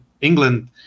England